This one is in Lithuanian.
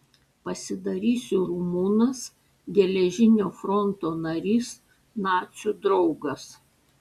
pasidarysiu rumunas geležinio fronto narys nacių draugas